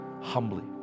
humbly